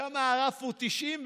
שם הרף הוא 90,